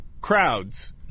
crowds